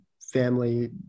family